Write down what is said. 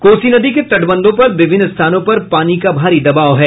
कोसी नदी के तटबंधों पर विभिन्न स्थानों पर पानी का भारी दबाव है